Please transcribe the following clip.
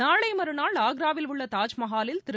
நாளை மறநாள் ஆக்ராவில் உள்ள தாஜ்மஹாலில் திரு